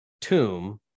tomb